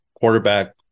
quarterback